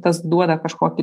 tas duoda kažkokį